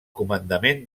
comandament